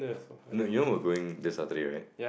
no you know we're going this Saturday right